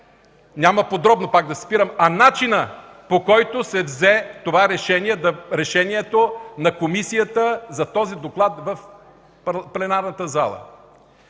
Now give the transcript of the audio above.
няма подробно пак да се спирам, а начина, по който се взе това решение – решението на комисията за този доклад, в пленарната зала.